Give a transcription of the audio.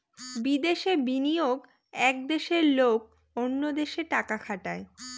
বিদেশে বিনিয়োগ এক দেশের লোক অন্য দেশে টাকা খাটায়